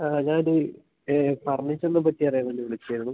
ആ ഞാൻ ഫർണിച്ചറിനെപ്പറ്റി അറിയാൻ വേണ്ടി വിളിച്ചതായിരുന്നു